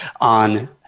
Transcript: on